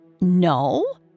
No